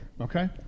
okay